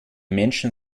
menschen